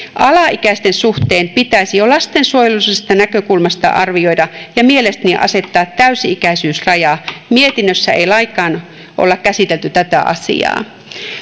alaikäisten suhteen pitäisi jo lastensuojelullisesta näkökulmasta arvioida tätä ja mielestäni asettaa täysi ikäisyysraja mietinnössä ei lainkaan olla käsitelty tätä asiaa